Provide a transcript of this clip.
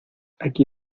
aquí